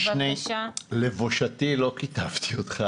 לבושתי לא כיתבתי אותך,